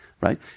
Right